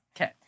Okay